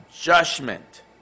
judgment